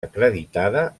acreditada